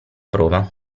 prova